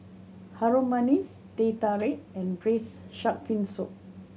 Harum Manis Teh Tarik and braise shark fin soup